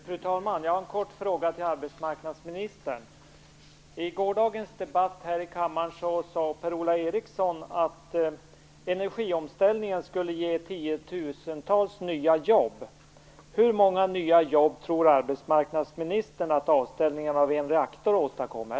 Fru talman! Jag har en kort fråga till arbetsmarknadsministern. I gårdagens debatt här i kammaren sade Per-Ola Eriksson att energiomställningen skulle ge tiotusentals nya jobb. Hur många nya jobb tror arbetsmarknadsministern att avställningen av en reaktor åstadkommer?